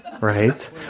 right